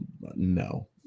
no